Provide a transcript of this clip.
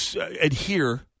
adhere